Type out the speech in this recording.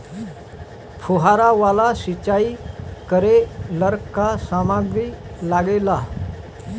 फ़ुहारा वाला सिचाई करे लर का का समाग्री लागे ला?